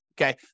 okay